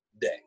day